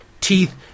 teeth